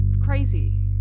crazy